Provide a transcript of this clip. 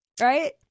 right